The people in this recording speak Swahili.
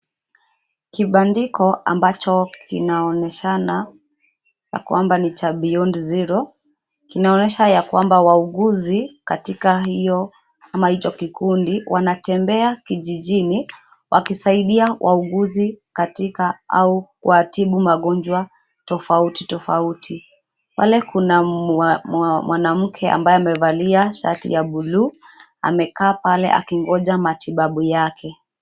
Kibandiko ambacho kinaonyeshana ya kwamba ni cha Beyond Zero, kinaonyesha ya kwamba wauguzi katika hiyo ama hicho kikundi, wanatembea kijijini, wakisaidia wauguzi katika au kuwatibu magonjwa, tofauti tofauti. Pale kuna mwanamke ambaye amevalia shati ya bluu, amekaa pale akingoja matibabu yake.